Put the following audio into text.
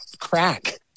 crack